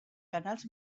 canals